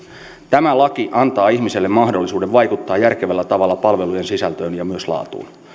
tämä laki antaa ihmiselle mahdollisuuden vaikuttaa järkevällä tavalla palvelujen sisältöön ja myös laatuun